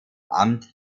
amt